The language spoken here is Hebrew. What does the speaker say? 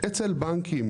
אצל בנקים,